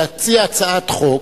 תציע הצעת חוק,